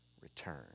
return